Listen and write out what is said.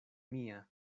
mia